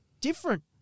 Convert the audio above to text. different